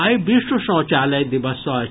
आइ विश्व शौचालय दिवस अछि